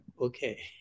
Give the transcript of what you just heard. okay